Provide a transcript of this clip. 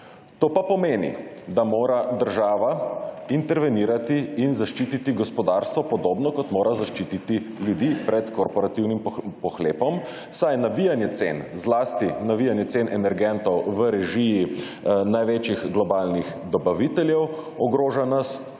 To pa pomeni, da mora država intervenirati in zaščititi gospodarstvo podobno kot mora zaščititi ljudi pred korporativnim pohlepom, saj navijanje cen zlasti navijanje cen energentov v režiji največjih globalnih dobaviteljev ogroža nas